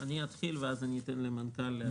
אני אתחיל ואז אתן למנכ"ל להשלים.